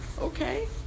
Okay